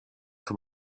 του